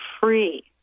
free